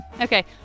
Okay